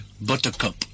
buttercup